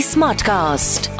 Smartcast